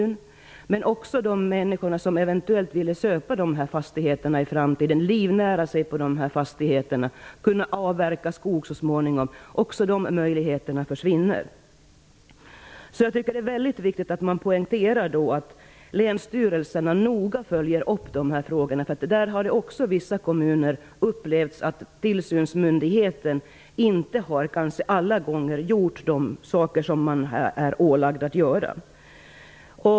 Men möjligheterna försvinner också för de människor som eventuellt vill köpa dessa fastigheter i framtiden, livnära sig på dem och kunna avverka skog så småningom. Jag tycker att det är väldigt viktigt att poängtera att länsstyrelserna noga skall följa upp frågorna. Vissa kommuner har upplevt att tillsynsmyndigheten kanske inte alla gånger har gjort de saker som den är ålagd att göra.